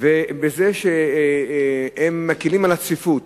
בזה שהם מקלים על הצפיפות,